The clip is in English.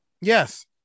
yes